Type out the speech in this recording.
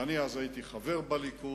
ואני אז הייתי חבר בליכוד,